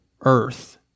earth